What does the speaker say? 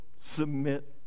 submit